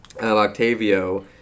Octavio